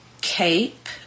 CAPE